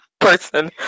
person